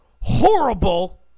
horrible